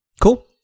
cool